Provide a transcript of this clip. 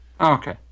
okay